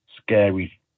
scary